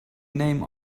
name